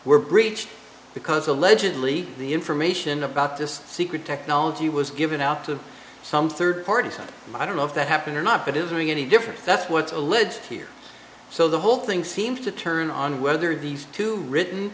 were breached because allegedly the information about this secret technology was given out to some third party i don't know if that happened or not but having any difference that's what's the lead here so the whole thing seems to turn on whether these two written